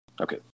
Okay